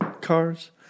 cars